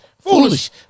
Foolish